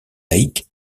laïque